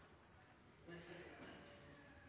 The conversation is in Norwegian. nei,